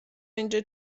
اینجا